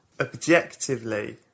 objectively